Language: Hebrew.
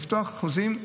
לפתוח חוזים.